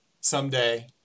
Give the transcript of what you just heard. Someday